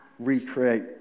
Recreate